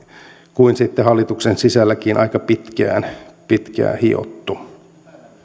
kuin sitten hallituksen sisälläkin aika pitkään hiottu